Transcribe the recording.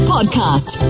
Podcast